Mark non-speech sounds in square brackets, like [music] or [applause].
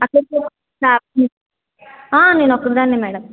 [unintelligible] నేనొక్కదాన్నే madam